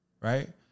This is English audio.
Right